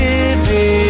Living